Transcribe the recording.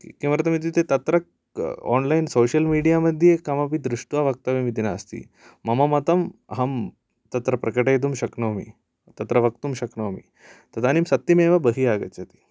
किमर्थम् इत्युक्ते तत्र ओन्लैन् सोशयल् मीडिया मध्ये कमपि दृष्ट्वा वक्तव्यम् इति नास्ति मम मतम् अहं तत्र प्रकटयितुं शक्नोमि तत्र वक्तुं शक्नोमि तदानीं सत्यमेव बहिः आगच्छति